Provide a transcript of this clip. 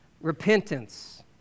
repentance